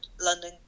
London